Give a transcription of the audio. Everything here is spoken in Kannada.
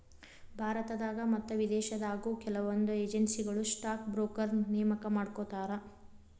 ಭಾರತದಾಗ ಮತ್ತ ವಿದೇಶದಾಗು ಕೆಲವೊಂದ್ ಏಜೆನ್ಸಿಗಳು ಸ್ಟಾಕ್ ಬ್ರೋಕರ್ನ ನೇಮಕಾ ಮಾಡ್ಕೋತಾರ